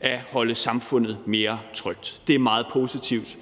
at holde samfundet mere trygt. Det er meget positivt,